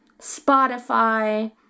Spotify